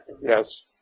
Yes